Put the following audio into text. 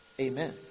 Amen